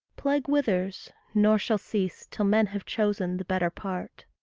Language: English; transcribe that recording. plague withers, nor shall cease till men have chosen the better part.